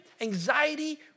Anxiety